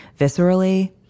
viscerally